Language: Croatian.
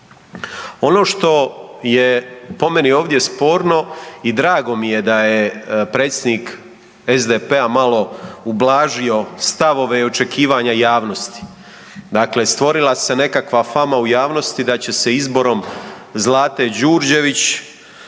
Ono što je po meni ovdje sporno i drago mi je da je predsjednik SDP-a malo ublažio stavove i očekivanja javnosti. Dakle, stvorila se nekakva fama u javnosti da će se izborom Zlate Đurđević,